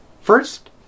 First